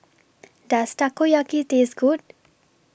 Does Takoyaki Taste Good